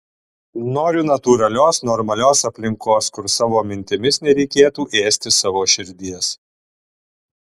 noriu natūralios normalios aplinkos kur savo mintimis nereikėtų ėsti savo širdies